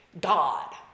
God